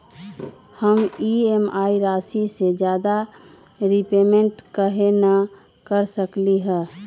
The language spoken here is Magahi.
हम ई.एम.आई राशि से ज्यादा रीपेमेंट कहे न कर सकलि ह?